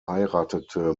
heiratete